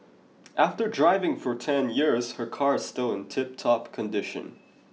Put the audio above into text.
after driving for ten years her car is still in tiptop condition